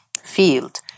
field